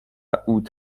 اوت